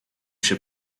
się